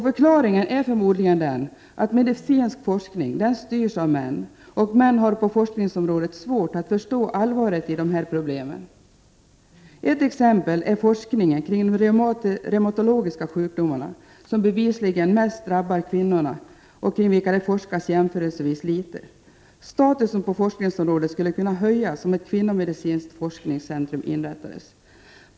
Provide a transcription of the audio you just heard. Förklaringen är förmodligen den att medicinsk forskning styrs av män, och män har på forskningsområdet svårt att förstå allvaret i dessa problem. Ett exempel är forskningen kring de reumatologiska sjukdomarna, som bevisligen mest drabbar kvinnorna och kring vilka det forskas jämförelsevis litet. Statusen på forskningsområdet skulle kunna höjas om ett kvinnomedicinskt forskningscentrum inrättades.